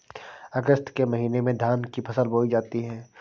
अगस्त के महीने में धान की फसल बोई जाती हैं